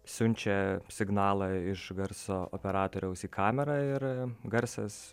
siunčia signalą iš garso operatoriaus į kamerą ir garsas